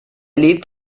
lebt